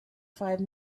five